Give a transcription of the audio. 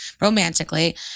romantically